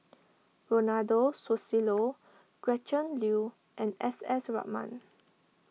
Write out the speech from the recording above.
Ronald Susilo Gretchen Liu and S S Ratnam